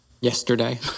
Yesterday